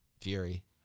Fury